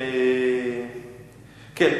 כן.